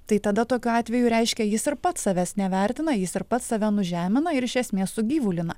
tai tada tokiu atveju reiškia jis ir pats savęs nevertina jis ar pats save nužemina ir iš esmės sugyvulina